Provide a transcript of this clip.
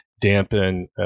dampen